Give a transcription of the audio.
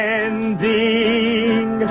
ending